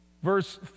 Verse